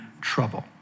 trouble